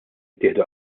ttieħdu